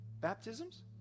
baptisms